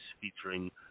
featuring